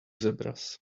zebras